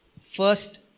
First